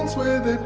with